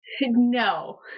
no